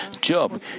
Job